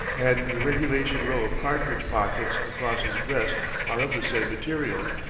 and the regulation row of cartridge-pockets across his breast are of the same material.